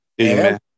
Amen